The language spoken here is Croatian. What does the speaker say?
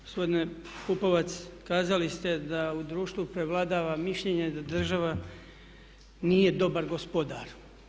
Gospodine Pupovac, kazali ste da u društvu prevladava mišljenje da država nije dobar gospodar.